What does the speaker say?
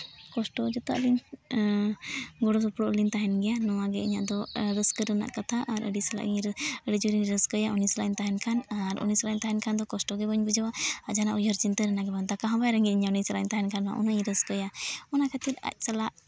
ᱠᱚᱥᱴᱚ ᱡᱚᱛᱚᱣᱟᱜ ᱞᱤᱧ ᱜᱚᱲᱚ ᱥᱚᱯᱲᱚᱜ ᱞᱤᱧ ᱛᱟᱦᱮᱱ ᱜᱮᱭᱟ ᱱᱚᱣᱟᱜᱮ ᱤᱧᱟᱹᱜ ᱫᱚ ᱨᱟᱹᱥᱠᱟᱹ ᱨᱮᱱᱟᱜ ᱠᱟᱛᱷᱟ ᱟᱨ ᱟᱹᱰᱤ ᱥᱟᱞᱟᱜ ᱤᱧ ᱟᱹᱰᱤ ᱡᱳᱨᱤᱧ ᱨᱟᱹᱥᱠᱟᱹᱭᱟ ᱩᱱᱤ ᱥᱟᱞᱟᱜ ᱤᱧ ᱛᱟᱦᱮᱱ ᱠᱷᱟᱱ ᱟᱨ ᱩᱱᱤ ᱥᱟᱞᱟᱜ ᱤᱧ ᱛᱟᱦᱮᱱ ᱠᱷᱟᱱ ᱫᱚ ᱠᱚᱥᱴᱚᱜᱮ ᱵᱟᱹᱧ ᱵᱩᱡᱷᱟᱹᱣᱟ ᱟᱨ ᱡᱟᱦᱟᱱᱟᱜ ᱩᱭᱦᱟᱹᱨ ᱪᱤᱱᱛᱟᱹ ᱨᱮᱱᱟᱜ ᱦᱚᱸ ᱵᱟᱝ ᱫᱟᱠᱟ ᱦᱚᱸ ᱵᱟᱭ ᱨᱮᱸᱜᱮᱡ ᱤᱧᱟᱹ ᱩᱱᱤ ᱥᱟᱞᱟᱜ ᱤᱧ ᱛᱟᱦᱮᱱ ᱠᱷᱟᱱ ᱩᱱᱟᱹᱜ ᱤᱧ ᱨᱟᱹᱥᱠᱟᱹᱭᱟ ᱚᱱᱟ ᱠᱷᱟᱹᱛᱤᱨ ᱟᱡ ᱥᱟᱞᱟᱜ